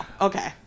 Okay